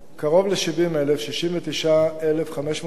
קרוב ל-70,000, 69,595,